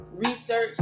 Research